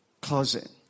closet